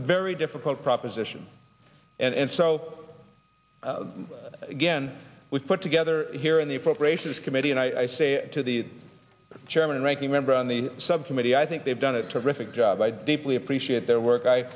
very difficult proposition and so again we put together here in the appropriations committee and i say to the chairman and ranking member on the subcommittee i think they've done a terrific job i deeply appreciate their work i